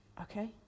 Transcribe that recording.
okay